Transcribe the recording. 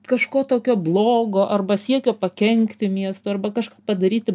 kažko tokio blogo arba siekio pakenkti miestui arba kažką padaryti